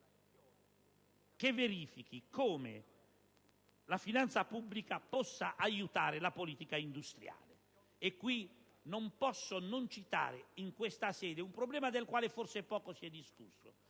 che verifichi come la finanza pubblica possa aiutare la politica industriale. E non posso non citare in questa sede un problema del quale forse poco si è discusso: